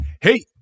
Hey